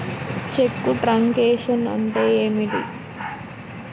చెక్కు truncation అంటే ఏమిటి?